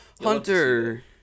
Hunter